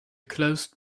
closed